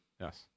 yes